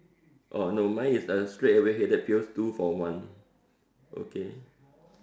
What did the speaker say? oh no mine is uh straightaway headache pills two for one okay